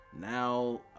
Now